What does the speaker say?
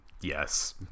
yes